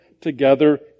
together